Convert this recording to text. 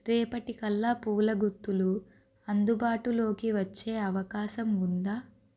రేపటి కల్లా పూల గుత్తులు అందుబాటులోకి వచ్చే అవకాశం ఉందా